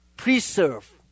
Preserve